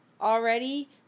already